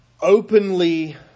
openly